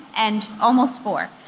and almost four.